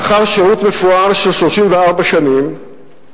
לאחר שירות מפואר של 34 שנים.